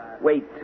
Wait